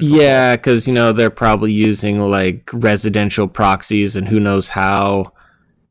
yeah, because you know they're probably using like residential proxies and who knows how